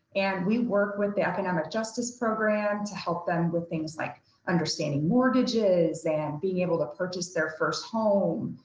and we work with the economic justice program to help them with things like understanding mortgages and being able to purchase their first home.